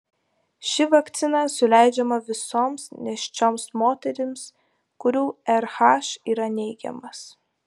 ši vakcina suleidžiama visoms nėščioms moterims kurių rh yra neigiamas